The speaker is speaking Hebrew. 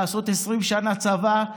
לעשות 20 שנה צבא,